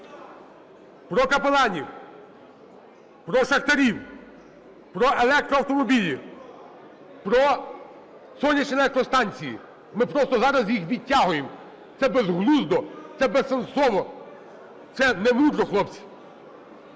про капеланів, про шахтарів, про електроавтомобілі, про сонячні електростанції. Ми просто зараз їх відтягуємо. Це безглуздо, це безсенсово, це не мудро, хлопці.